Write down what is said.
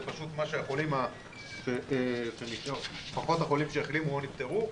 זה פשוט החולים שנשארו פחות החולים שהחלימו או נפטרו.